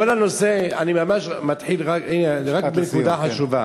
כל הנושא, אני מתחיל רק בנקודה חשובה.